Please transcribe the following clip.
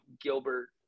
Gilbert